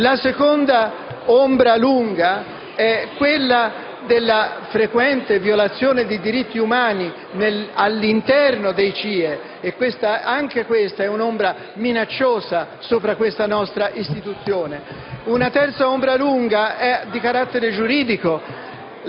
La seconda ombra lunga concerne la frequente violazione di diritti umani all'interno dei CIE, e si tratta, anche in questo caso, di un'ombra minacciosa sopra questa nostra istituzione. Una terza ombra lunga è di carattere giuridico.